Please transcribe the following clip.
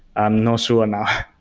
i'm not sure now.